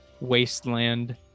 wasteland